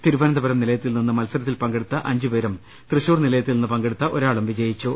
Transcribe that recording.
തിരുവനന്തപുരം നിലയത്തിൽ നിന്ന് മത്സ രത്തിൽ പങ്കെടുത്ത അഞ്ചുപേരും തൃശൂർ നിലയിൽ നിന്ന് പങ്കെടുത്ത ഒരാളും വിജയിച്ചു